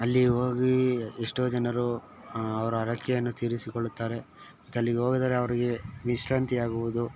ಅಲ್ಲಿ ಹೋಗಿ ಎಷ್ಟೋ ಜನರು ಅವರ ಹರಕೆಯನ್ನು ತೀರಿಸಿಕೊಳ್ಳುತ್ತಾರೆ ಮತ್ತು ಅಲ್ಲಿಗೆ ಹೋದರೆ ಅವರಿಗೆ ವಿಶ್ರಾಂತಿಯಾಗುವುದು